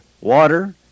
water